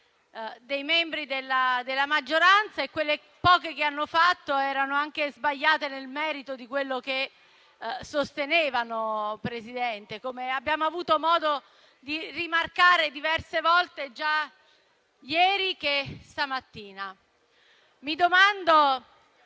dei membri della maggioranza e quelle poche che sono state fatte erano anche sbagliate nel merito di quello che sostenevano, come abbiamo avuto modo di rimarcare diverse volte già ieri e stamattina. Mi domando